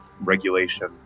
regulation